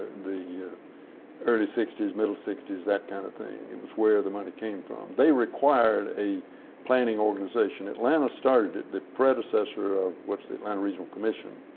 the early sixty s, middle sixty s, that kind of thing. it was where the money came from. they required a planning organization. atlanta started it. the predecessor of what's the atlanta regional commission.